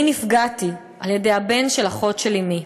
"אני נפגעתי על-ידי הבן של אחות של אמי,